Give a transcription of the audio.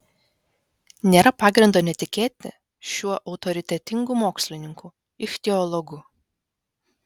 nėra pagrindo netikėti šiuo autoritetingu mokslininku ichtiologu